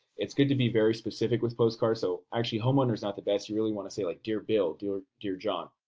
it's good to be very specific with postcards, so actually homeowner's not the best, you really want to say, like dear bill. dear dear john.